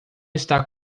está